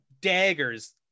daggers